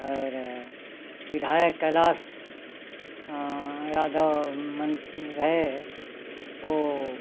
और विधायक कैलाश यादव मंत रहे ओ